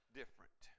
different